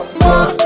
more